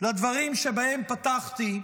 לדברים שבהם פתחתי,